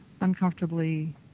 uncomfortably